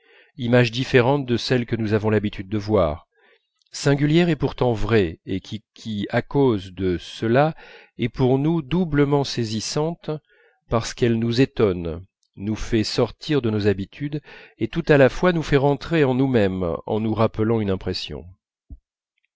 image différente de celles que nous avons l'habitude de voir singulière et pourtant vraie et qui à cause de cela est pour nous doublement saisissante parce qu'elle nous étonne nous fait sortir de nos habitudes et tout à la fois nous fait rentrer en nous-même en nous rappelant une impression